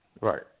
Right